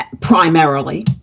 primarily